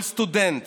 כל סטודנט